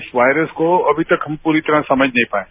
इस वायरसको अभी तक हम पूरी तरह समझ नही पाये हैं